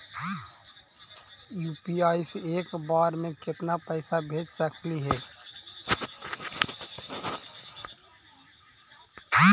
UPI से एक बार मे केतना पैसा भेज सकली हे?